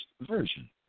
Version